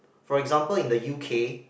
for example in the U_K